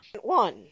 one